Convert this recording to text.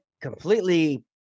completely